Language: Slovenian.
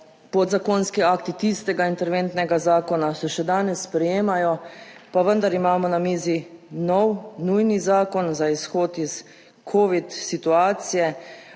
podzakonski akti tistega interventnega zakona se še danes sprejemajo, pa vendar imamo na mizi nov nujni zakon za izhod iz Covid situacije.